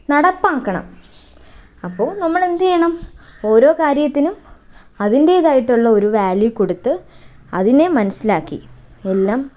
നടപ്പാക്കണം അപ്പോൾ നമ്മളെന്ത് ചെയ്യണം ഓരോ കാര്യത്തിനും അതിന്റേതായിട്ടുള്ള ഒരു വാല്യൂ കൊടുത്ത് അതിനെ മനസ്സിലാക്കി എല്ലാം